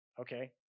okay